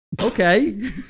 Okay